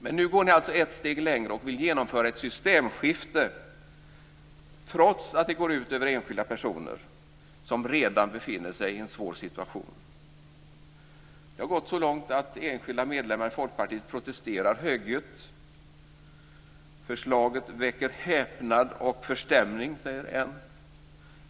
Men nu går ni ett steg längre och vill genomföra ett systemskifte trots att det går ut över enskilda personer som redan befinner sig i en svår situation. Det har gått så långt att enskilda medlemmar i Folkpartiet protesterar högljutt.